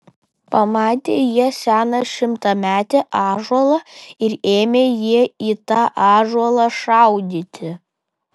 pamatė jie seną šimtametį ąžuolą ir ėmė jie į tą ąžuolą šaudyti